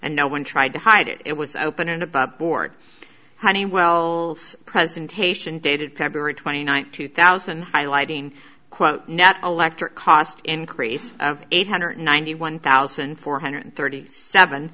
and no one tried to hide it was open and aboveboard honeywell presentation dated february twenty ninth two thousand highlighting quote electric cost increase of eight hundred ninety one thousand four hundred thirty seven